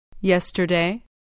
Yesterday